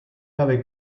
habe